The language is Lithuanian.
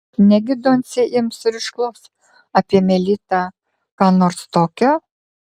negi doncė ims ir išklos apie melitą ką nors tokio